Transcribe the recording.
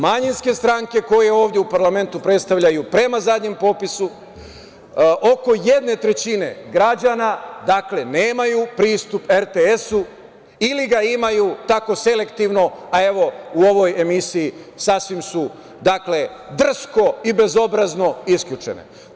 Manjinske stranke koje ovde u parlamentu predstavljaju prema zadnjem popisu oko jedne trećine građana, dakle, nemaju pristup RTS, ili ga imaju tako selektivno, a evo u ovoj emisiji sasvim su drsko i bezobrazno isključene.